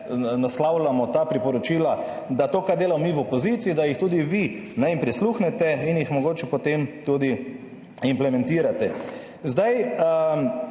naslavljamo ta priporočila, da to, kar delamo mi v opoziciji, da jih tudi vi, jim prisluhnete in jih mogoče potem tudi implementirate. Zdaj,